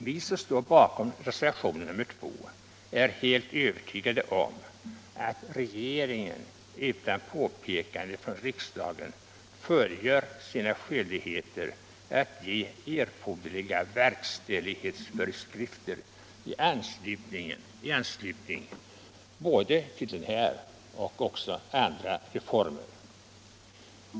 Vi som står bakom reservationen 2 är helt övertygade om att regeringen utan påpekande från riksdagen fullgör sina skyldigheter att ge erforderliga verkställighetsföreskrifter i anslutning till både den här reformen och andra reformer.